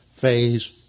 phase